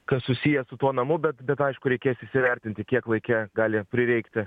kas susiję su tuo namu bet bet aišku reikės įsivertinti kiek laike gali prireikti